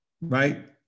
right